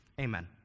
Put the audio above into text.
Amen